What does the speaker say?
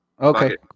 Okay